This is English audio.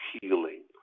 healing